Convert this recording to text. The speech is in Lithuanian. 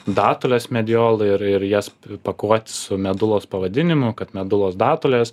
datules medijol ir ir jas pakuot su medulos pavadinimu kad medulos datulės